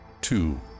Two